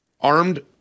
armed